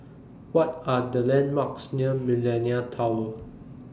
What Are The landmarks near Millenia Tower